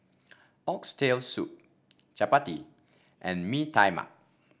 Oxtail Soup Chappati and Mee Tai Mak